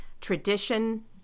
tradition